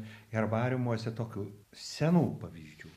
herbariumuose tokiu senų pavyzdžių